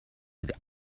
with